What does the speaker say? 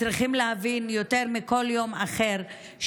יותר מכל יום אחר,